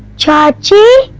child too